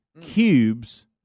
cubes